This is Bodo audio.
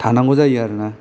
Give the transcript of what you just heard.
थानांगौ जायो आरोना